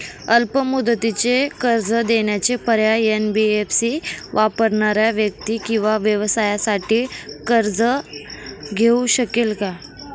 अल्प मुदतीचे कर्ज देण्याचे पर्याय, एन.बी.एफ.सी वापरणाऱ्या व्यक्ती किंवा व्यवसायांसाठी कर्ज घेऊ शकते का?